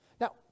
Now